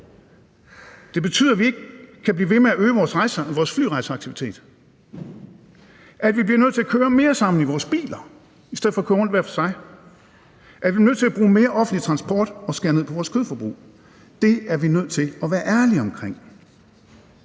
det betyder, at vi ikke kan blive ved med at øge vores flyrejseaktivitet, at vi bliver nødt til at køre mere sammen i vores biler i stedet for at køre rundt hver for sig, og at vi bliver nødt til at bruge mere offentlig transport og skære ned på vores kødforbrug. Det er vi nødt til at være ærlige omkring.